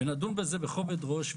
ונדון בזה בכובד ראש.